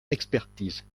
expertise